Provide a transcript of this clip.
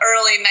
Early